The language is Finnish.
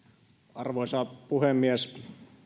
arvoisa puhemies